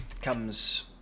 comes